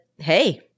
Hey